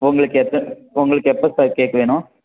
உங்களுக்கு எப்போ உங்களுக்கு எப்போ சார் கேக் வேணும்